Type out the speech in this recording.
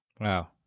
Wow